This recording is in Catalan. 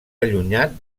allunyat